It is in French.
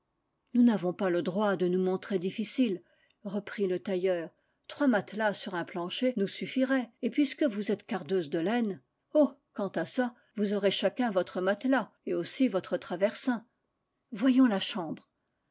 nous n'avons pas le droit de nous montrer difficiles reprit le tailleur trois matelas sur un plancher nous suffi raient et puisque vous êtes cardeuse de laine oh quant à ça vous aurez chacun votre matelas et aussi votre traversin voyons la chambre